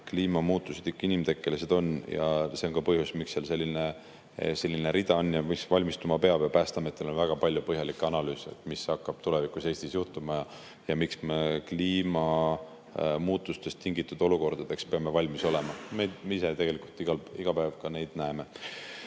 kliimamuutused ikka inimtekkelised ja see on ka põhjus, miks seal selline rida on ja miks selleks valmistuma peab. Päästeametil on väga palju põhjalikke analüüse [selle kohta], mis hakkab tulevikus Eestis juhtuma ja miks me kliimamuutustest tingitud olukordadeks peame valmis olema. Me ise ka iga päev näeme